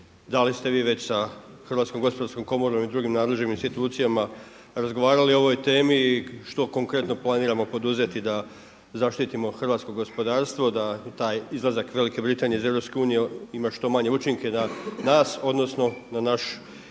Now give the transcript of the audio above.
da li ste vi već sa HGK-om i drugim nadležnim institucijama razgovarali o ovoj temi i što konkretno planiramo poduzeti da zaštitimo hrvatsko gospodarstvo da i taj izlazak Velike Britanije iz EU ima što manje učinke na nas odnosno na naš